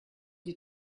die